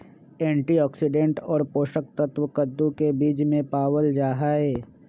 antioxidant और पोषक तत्व कद्दू के बीज में पावल जाहई